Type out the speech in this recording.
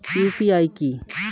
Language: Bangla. ইউ.পি.আই কি?